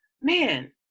man